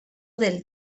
del